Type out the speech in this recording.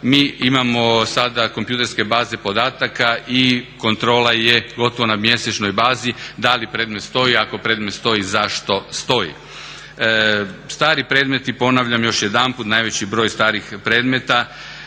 Mi imamo sada kompjuterske baze podataka i kontrola je gotovo na mjesečnoj bazi, da li predmet stoji, ako predmet stoji zašto stoji? Stari premeti, ponavljam još jedanput, najveći broj starih predmeta